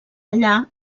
allà